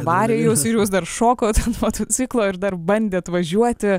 varė jus ir jūs dar šokot motociklo ir dar bandėt važiuoti